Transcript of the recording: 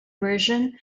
version